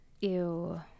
Ew